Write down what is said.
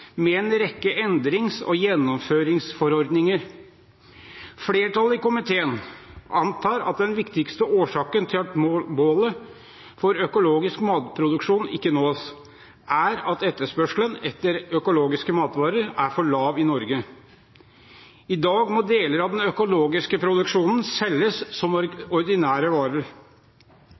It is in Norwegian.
en rekke endrings- og gjennomføringsforordninger. Flertallet i komiteen antar at den viktigste årsaken til at målet for økologisk matproduksjon ikke nås, er at etterspørselen etter økologiske matvarer er for lav i Norge. I dag må deler av den økologiske produksjonen selges som ordinære varer.